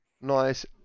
Nice